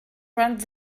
runs